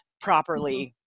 properly